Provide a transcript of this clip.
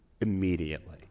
immediately